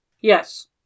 Yes